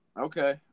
Okay